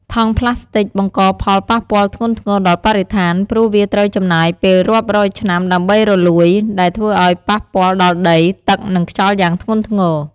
ថង់ប្លាស្ទិកបង្កផលប៉ះពាល់ធ្ងន់ធ្ងរដល់បរិស្ថាន ព្រោះវាត្រូវចំណាយពេលរាប់រយឆ្នាំដើម្បីរលួយ ដែលធ្វើឲ្យប៉ះពាល់ដល់ដី ទឹក និងខ្យល់យ៉ាងធ្ងន់ធ្ងរ។